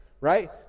Right